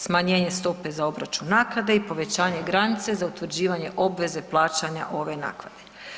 Smanjenje stope za obračun naknade i povećanje granice za utvrđivanje obveze plaćanja ove naknade.